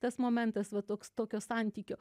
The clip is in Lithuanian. tas momentas va toks tokio santykio